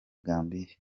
gambiya